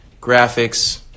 graphics